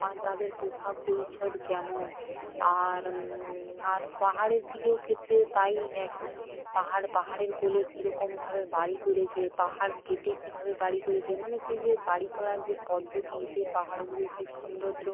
আর তাদের পোশাক পরিচ্ছদ কেমন আর আর পাহাড়ের দিকেও ক্ষেত্রে তাই একই পাহাড় পাহাড়ের কোলে কী রকমভাবে বাড়ি করেছে পাহাড় কেটে কীভাবে বাড়ি করেছে মানে সেই যে বাড়ি করার যে পদ্ধতি সেই পাহাড়গুলো সে সৌন্দর্য